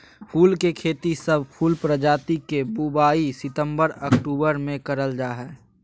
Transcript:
फूल के खेती, सब फूल प्रजाति के बुवाई सितंबर अक्टूबर मे करल जा हई